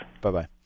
Bye-bye